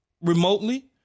remotely